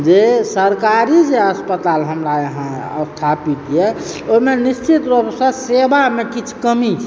जे सरकारी जे अस्पताल हमरा यहाँ स्थापित यऽ ओइमे निश्चित रूपसँ सेवामे किछु कमी छै